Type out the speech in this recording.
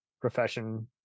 profession